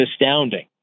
astounding